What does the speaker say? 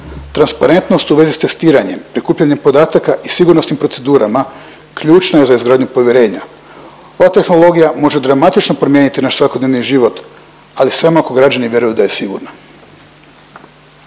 transparentnost u vezi s testiranjem, prikupljanjem podataka i sigurnosnim procedurama ključna je za izgradnju povjerenja. Ova tehnologija može dramatično promijeniti naš svakodnevni život, ali samo ako građani vjeruju da je sigurna.